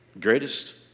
greatest